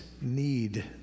need